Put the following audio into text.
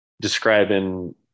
describing